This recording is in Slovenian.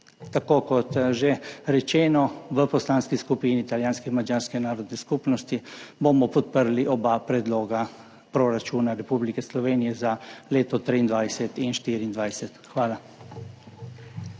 Kot že rečeno, v Poslanski skupini italijanske in madžarske narodne skupnosti bomo podprli oba predloga proračunov Republike Slovenije, za leti 2023 in 2024. Hvala.